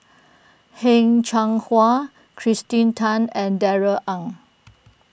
Heng Cheng Hwa Kirsten Tan and Darrell Ang